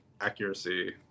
accuracy